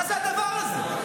מה זה הדבר הזה?